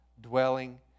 dwelling